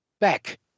back